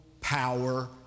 power